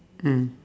mm